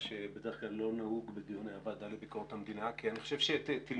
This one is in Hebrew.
מה שבדרך כלל לא נהוג בדיוני הוועדה לביקורת המדינה כי אני חושב שתלמדו